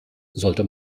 sollte